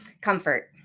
comfort